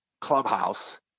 clubhouse